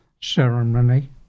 ceremony